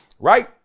Right